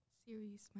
series